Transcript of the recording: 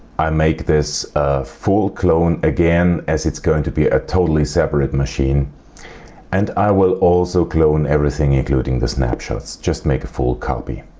i make this a full clone, again, as it's going to be a totally separate machine and i will also clone everything including the snap shots. just make a full copy.